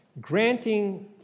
Granting